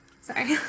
Sorry